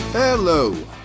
Hello